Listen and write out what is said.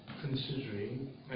considering